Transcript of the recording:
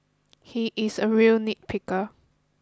he is a real nitpicker